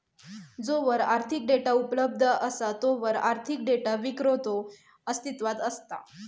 जोवर आर्थिक डेटा उपलब्ध असा तोवर आर्थिक डेटा विक्रेतो अस्तित्वात असता